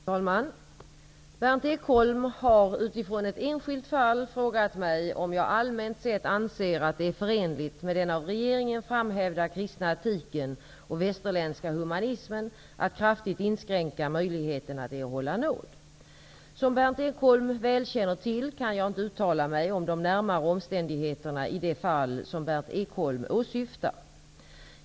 Fru talman! Berndt Ekholm har utifrån ett enskilt fall frågat mig om jag allmänt sett anser att det är förenligt med den av regeringen framhävda kristna etiken och västerländska humanismen att kraftigt inskränka möjligheten att erhålla nåd. Som Berndt Ekholm väl känner till kan jag inte uttala mig om de närmare omständigheterna i det fall som Berndt Ekholm åsyftar.